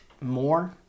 more